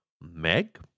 Meg